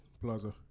Plaza